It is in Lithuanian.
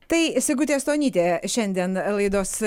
tai sigutė stonytė šiandien laidos